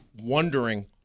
wondering